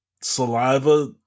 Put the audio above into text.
saliva